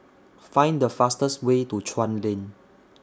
Find The fastest Way to Chuan Lane